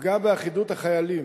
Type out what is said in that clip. תפגע באחידות החיילים,